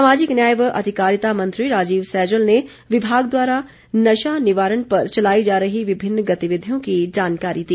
सामाजिक न्याय व अधिकारिता मंत्री राजीव सैजल ने विभाग द्वारा नशा निवारण पर चलाई जा रही विभिन्न गतिविधियों की जानकारी दी